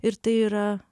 ir tai yra